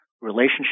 relationship